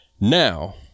now